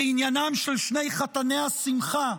לעניינם של שני חתני השמחה,